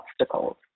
obstacles